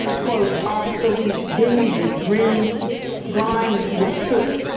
quote, obsolete, dingy, grimed grimed with soot.